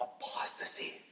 apostasy